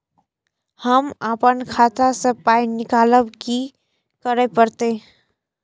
हम आपन खाता स पाय निकालब की करे परतै?